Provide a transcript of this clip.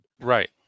Right